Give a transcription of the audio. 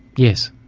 yes.